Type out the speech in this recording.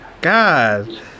God